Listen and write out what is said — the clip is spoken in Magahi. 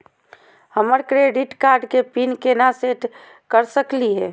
हमर क्रेडिट कार्ड के पीन केना सेट कर सकली हे?